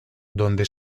donde